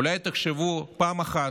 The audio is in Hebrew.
אולי תחשבו פעם אחת,